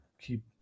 keep